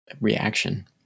reaction